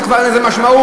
כבר אין לזה משמעות.